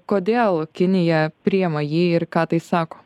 kodėl kinija priima jį ir ką tai sako